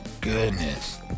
goodness